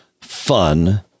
fun